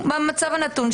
מהמצב הנתון,